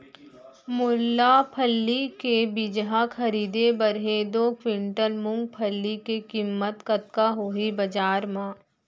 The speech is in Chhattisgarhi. मोला फल्ली के बीजहा खरीदे बर हे दो कुंटल मूंगफली के किम्मत कतका होही बजार म?